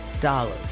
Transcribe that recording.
Dollars